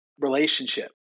relationship